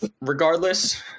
regardless